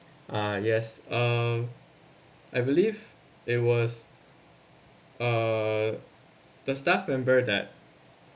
uh yes uh I believe it was uh the staff remember that